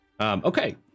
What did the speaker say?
Okay